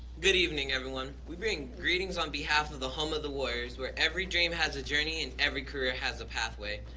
good evening, everyone. we bring greetings on behalf of the home of the warriors, where every dream has a journey and every career has a pathway.